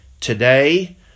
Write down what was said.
Today